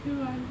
damn funny